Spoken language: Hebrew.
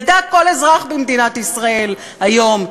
ידע כל אזרח במדינת ישראל היום,